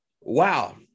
wow